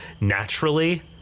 naturally